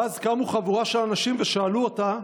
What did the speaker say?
ואז קמו חבורה של אנשים ושאלו אותה: